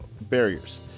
barriers